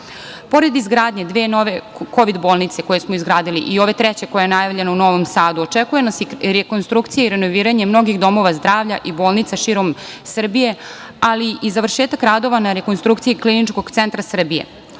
nauci. Pored izgradnje dve nove kovid bolnice, koje smo izgradili i ove treće koja je najavljena u Novom Sadu, očekuje nas i rekonstrukcija i renoviranje mnogih domova zdravlja i bolnica širom Srbije, ali i završetak radova na rekonstrukciji Kliničkog centra Srbije. Uprkos